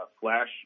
flash